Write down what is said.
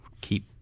keep